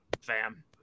fam